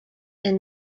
and